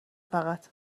فقط